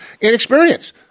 inexperience